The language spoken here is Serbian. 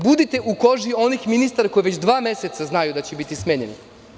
Budite u koži onih ministara koji već dva meseca znaju da će biti smenjeni.